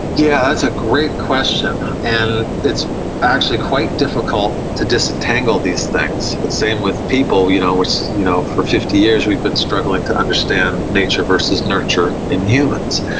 yeah that's a great question, and it's actually quite difficult to disentangle these things, the same with people. you know you know for fifty years we've been struggling to understand nature versus nurture in humans.